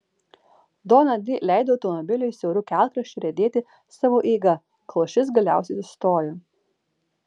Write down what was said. dona di leido automobiliui siauru kelkraščiu riedėti savo eiga kol šis galiausiai sustojo